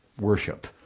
worship